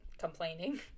complaining